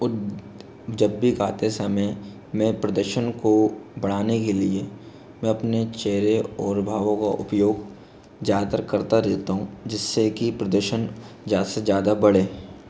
उद जब भी गाते समय मैं प्रदर्शन को बढ़ाने के लिए मैं अपने चेहरे और भावों का उपयोग ज़्यादातर करता रहता हूँ जिससे कि प्रदर्शन ज़्यादा से ज़्यादा बढ़े